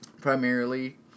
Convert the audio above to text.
primarily